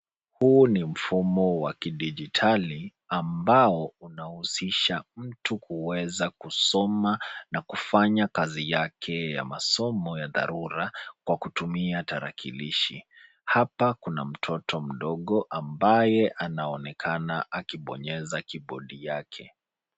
Huu ni mfumo wa kidijitali ambao unahusisha mtu kuweza kusoma na kufanya kazi yake ya masomo ya tharura kwa kutumia tarakilishi. Hapa kuna mtoto mdogo ambaye anaonekana akibonyeza kibodi yake.